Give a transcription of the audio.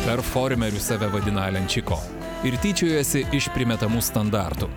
performeriu save vadina alenčiko ir tyčiojosi iš primetamų standartų